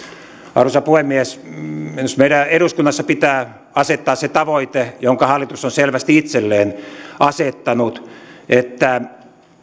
arvoisa puhemies myös meidän eduskunnassa pitää asettaa se tavoite jonka hallitus on selvästi itselleen asettanut että